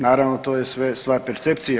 Naravno to je sve stvar percepcije.